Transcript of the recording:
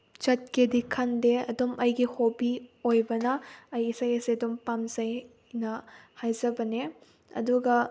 ꯆꯠꯀꯦꯗꯤ ꯈꯟꯗꯦ ꯑꯗꯨꯝ ꯑꯩꯒꯤ ꯍꯣꯕꯤ ꯑꯣꯏꯕꯅ ꯑꯩ ꯏꯁꯩ ꯑꯁꯦ ꯑꯗꯨꯝ ꯄꯥꯝꯖꯩꯅ ꯍꯥꯏꯖꯕꯅꯦ ꯑꯗꯨꯒ